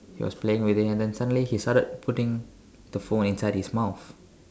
but was playing with it and then suddenly he started putting the phone inside his mouth